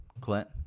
Clint